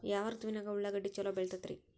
ಯಾವ ಋತುವಿನಾಗ ಉಳ್ಳಾಗಡ್ಡಿ ಛಲೋ ಬೆಳಿತೇತಿ ರೇ?